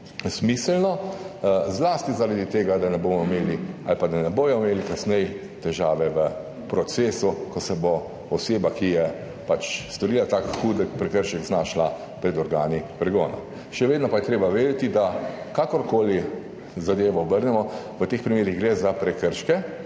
smiselno, zlasti zaradi tega, da ne bomo imeli ali pa da ne bodo imeli kasneje težav v procesu, ko se bo oseba, ki je storila tak hud prekršek, znašla pred organi pregona. Še vedno pa je treba vedeti, da kakorkoli zadevo obrnemo, v teh primerih gre za prekrške,